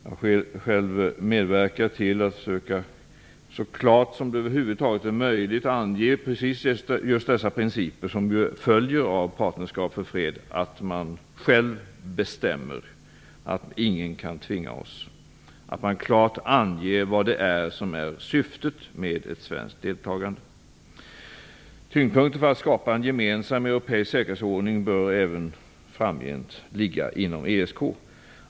Jag har själv medverkat till att försöka så klart som det över huvud taget är möjligt ange precis de principer som ju följer av Partnerskap av fred, att man själv bestämmer, att ingen kan tvinga oss, att man klart anger vad som är syftet med ett svenskt deltagande. Tyngdpunkten för att skapa en gemensam europeisk säkerhetsordning bör även framgent ligga inom ESK.